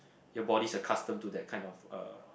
your body is accustomed to that kind of uh